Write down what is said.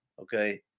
okay